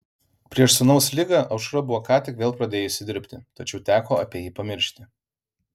prieš sūnaus ligą aušra buvo ką tik vėl pradėjusi dirbti tačiau teko apie jį pamiršti